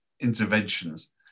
interventions